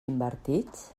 invertits